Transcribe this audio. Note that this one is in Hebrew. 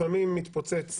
לפעמים הוא מתפוצץ